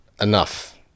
Enough